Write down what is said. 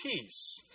peace